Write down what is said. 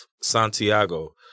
Santiago